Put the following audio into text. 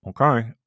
okay